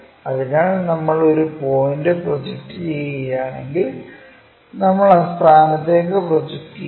അതിനാൽ നമ്മൾ ഒരു പോയിന്റ് പ്രൊജക്റ്റ് ചെയ്യുകയാണെങ്കിൽ നമ്മൾ ആ സ്ഥാനത്തേക്ക് പ്രൊജക്റ്റ് ചെയ്യണം